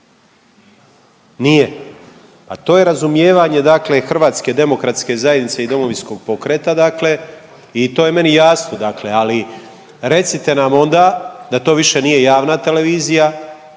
Nije. A to je razumijevanje dakle HDZ-a i Domovinskog pokreta dakle i to je meni jasno dakle ali recite nam onda da to više nije javna televizija,